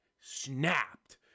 snapped